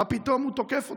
מה פתאום הוא תוקף אותי?